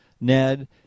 Ned